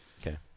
Okay